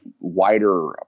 wider